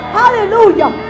hallelujah